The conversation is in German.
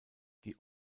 die